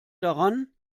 daran